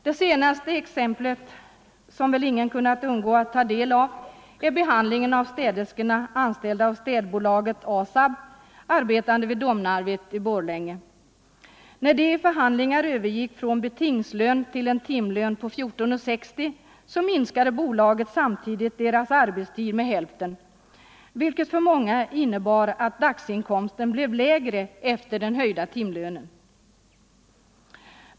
Det senaste exemplet, som väl ingen kunnat undgå att ta del av, är behandlingen av städerskorna anställda av städbolaget ASAB, arbetande vid Domnarvet i Borlänge. När de efter förhandlingar övergick från betingslön till en timlön på 14:60 kronor, minskade bolaget deras arbetstid med hälften, vilket för många innebar att dagsinkomsten blev lägre efter den höjda timlönen.